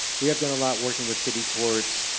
we have done a lot working with city courts